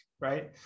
right